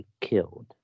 killed